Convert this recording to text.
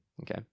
okay